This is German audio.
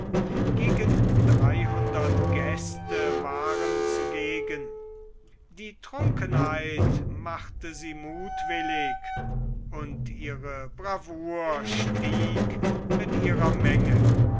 gegen gäste waren zugegen die trunkenheit machte sie muthwillig und ihre bravour stieg mit ihrer menge